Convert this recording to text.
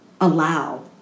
allow